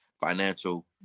financial